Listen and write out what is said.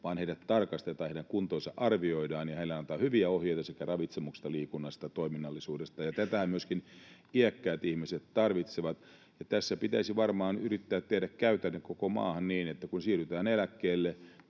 vaan heidät tarkastetaan, heidän kuntonsa arvioidaan ja heille annetaan hyviä ohjeita sekä ravitsemuksesta, liikunnasta että toiminnallisuudesta, ja tätähän myöskin iäkkäät ihmiset tarvitsevat. Tässä pitäisi varmaan yrittää tehdä käytäntö koko maahan niin, että kun siirrytään eläkkeelle,